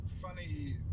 funny